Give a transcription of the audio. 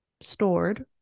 stored